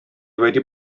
wedi